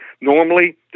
Normally